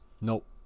Nope